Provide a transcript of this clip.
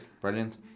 Brilliant